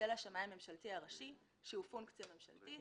אצל השמאי הממשלתי הראשי, שהוא פונקציה ממשלתית.